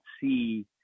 see